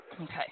Okay